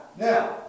Now